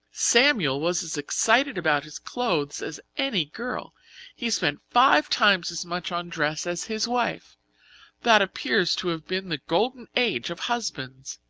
samuel was as excited about his clothes as any girl he spent five times as much on dress as his wife that appears to have been the golden age of husbands.